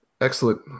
Excellent